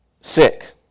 sick